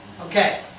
Okay